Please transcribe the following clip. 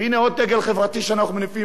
והנה עוד דגל חברתי שאנחנו מניפים.